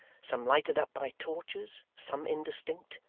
some lighted up by torches, some indistinct,